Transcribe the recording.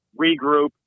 Regroup